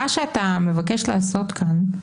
מה שאתה מבקש לעשות כאן,